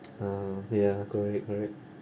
orh ya correct correct